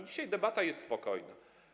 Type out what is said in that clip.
Dzisiaj debata jest spokojna.